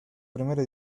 primera